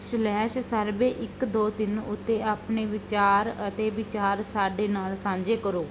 slash survey ਇੱਕ ਦੋ ਤਿੰਨ ਉੱਤੇ ਆਪਣੇ ਵਿਚਾਰ ਅਤੇ ਵਿਚਾਰ ਸਾਡੇ ਨਾਲ ਸਾਂਝੇ ਕਰੋ